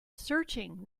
searching